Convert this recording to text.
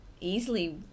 easily